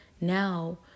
Now